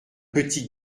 petit